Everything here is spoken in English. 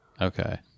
Okay